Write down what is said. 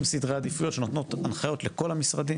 עם סדרי עדיפויות שנותנות הנחיות לכל המשרדים,